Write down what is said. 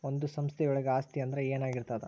ಒಂದು ಸಂಸ್ಥೆಯೊಳಗ ಆಸ್ತಿ ಅಂದ್ರ ಏನಾಗಿರ್ತದ?